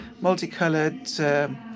multicolored